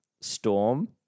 Storm